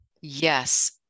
Yes